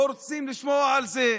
לא רוצים לשמוע על זה.